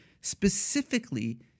specifically